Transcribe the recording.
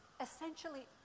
essentially